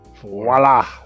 Voila